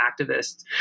activists